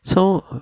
so